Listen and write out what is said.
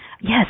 Yes